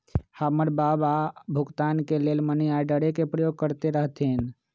हमर बबा भुगतान के लेल मनीआर्डरे के प्रयोग करैत रहथिन